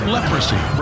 Leprosy